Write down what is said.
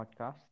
podcast